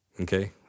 okay